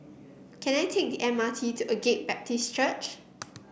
can I take the M R T to Agape Baptist Church